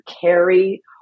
carry